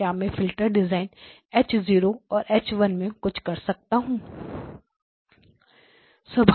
क्या मैं filter design H 0 और H 1 में कुछ कर सकता हूं